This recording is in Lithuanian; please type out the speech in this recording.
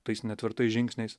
tais netvirtais žingsniais